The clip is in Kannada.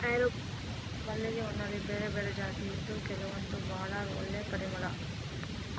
ಮಲ್ಲಿಗೆ ಹೂನಲ್ಲಿ ಬೇರೆ ಬೇರೆ ಜಾತಿ ಇದ್ದು ಕೆಲವಂತೂ ಭಾಳ ಒಳ್ಳೆ ಪರಿಮಳ